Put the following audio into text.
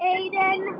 Aiden